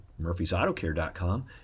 murphysautocare.com